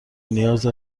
نیاز